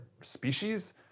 species